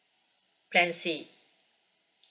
plan C